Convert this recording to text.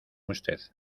usted